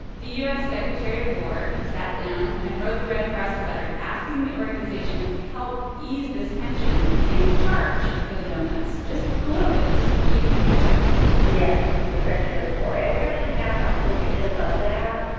the u s. secretary of war sat down and wrote the red cross a letter, asking the organization to help ease this tension and charge for the doughnuts just a little bit just to even things out yes, the secretary of war. and we actually have documentation of that.